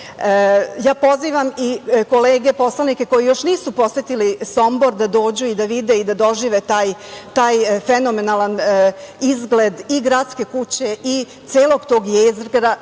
živelo. Pozivam i kolege poslanike koji još nisu posetili Sombor da dođu i da vide i da dožive taj fenomenalan izgled i Gradske kuće i celog tog jezgra,